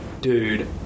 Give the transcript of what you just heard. dude